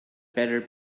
better